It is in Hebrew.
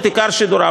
את עיקר שידוריו.